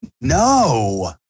No